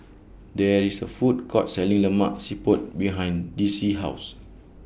There IS A Food Court Selling Lemak Siput behind Dicie's House